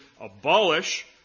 abolish